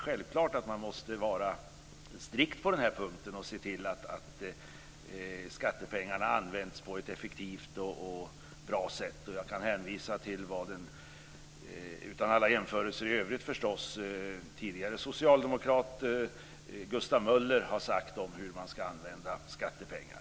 Självklart måste man vara strikt på den punkten och se till att skattepengarna används på ett effektivt och bra sätt. Jag kan hänvisa till - utan alla jämförelser i övrigt - vad en tidigare socialdemokrat, Gustav Möller, har sagt om hur skattepengar ska användas.